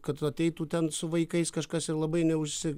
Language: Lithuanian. kad ateitų ten su vaikais kažkas ir labai neužsi